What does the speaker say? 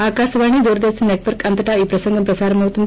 Akashvani Doordarshan network అంతటా ఈ ప్రసంగం ప్రసారమవుతుంది